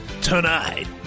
Tonight